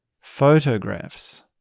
photographs